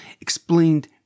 explained